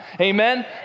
Amen